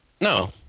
No